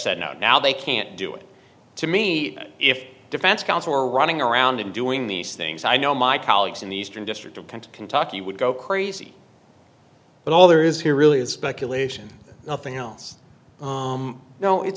said no now they can't do it to me if defense counsel were running around and doing these things i know my colleagues in the eastern district of come to kentucky would go crazy but all there is here really is speculation nothing else you know it's